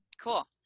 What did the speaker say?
cool